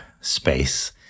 space